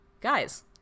guys